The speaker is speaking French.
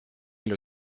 elle